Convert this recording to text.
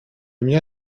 μια